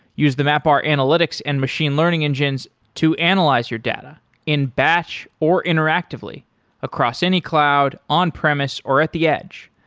use the mapr analytics and machine learning engines to analyze your data in batch or interactively across any cloud, on-premise or at the edge.